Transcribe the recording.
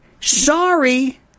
Sorry